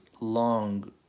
long